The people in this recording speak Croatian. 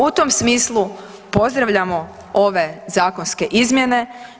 U tom smislu pozdravljamo ove zakonske izmjene.